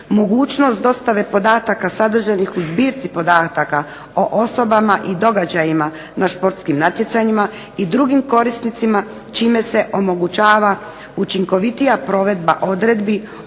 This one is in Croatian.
Mogućnost dostave podataka sadržanih u zbirci podataka o osobama i događajima na športskim natjecanjima i drugim korisnicima čime se omogućava učinkovitija provedba odredbi o obvezi